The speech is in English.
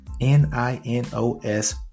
N-I-N-O-S